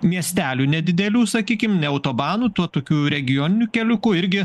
miestelių nedidelių sakykim ne autobanu tuo tokiu regioniniu keliuku irgi